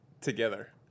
together